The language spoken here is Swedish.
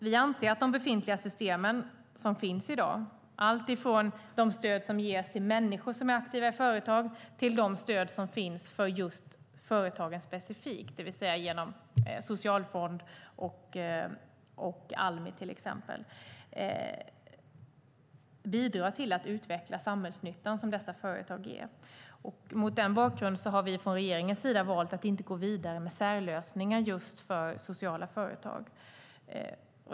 Vi anser att de system som finns i dag - allt ifrån de stöd som ges till människor som är aktiva i företag till de stöd som finns specifikt för företagare, det vill säga genom till exempel Socialfonden och Almi - bidrar till att utveckla den samhällsnytta som dessa företag ger. Mot den bakgrunden har vi från regeringens sida valt att inte gå vidare med särlösningar för just sociala företag.